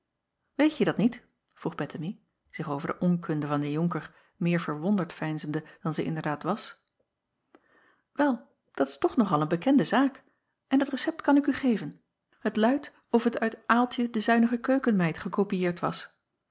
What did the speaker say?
eetje dat niet vroeg ettemie zich over de onkunde van den onker meer verwonderd veinzende dan zij inderdaad was wel dat is toch nog al een bekende zaak en het recept kan ik u geven het luidt of het uit altje e zuinige keukenmeid gekopiëerd was